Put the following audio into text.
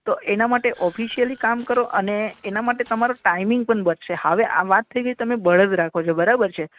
તો એના માટે ઑફિશિયલી કામ કરો અને એના માટે તમારો ટાઈમિંગ પણ બચશે હવે આ વાત થઈ તમે બળદ રાખો છો બરાબર છે